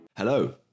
Hello